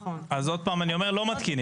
אז עוד פעם אני אומר, לא מתקינים.